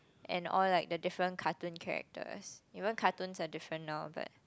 and all like the different cartoon characters you know cartoons are different now but